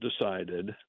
decided